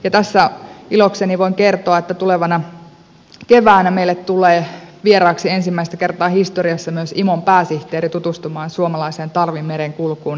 tässä ilokseni voin kertoa että tulevana keväänä meille tulee vieraaksi ensimmäistä kertaa historiassa myös imon pääsihteeri tutustumaan suomalaiseen talvimerenkulkuun